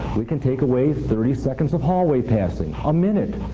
we can take away thirty seconds of hallway passing, a minute,